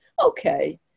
Okay